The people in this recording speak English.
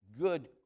good